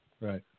Right